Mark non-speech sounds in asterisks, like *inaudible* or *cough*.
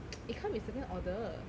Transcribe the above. *noise* it can't be second order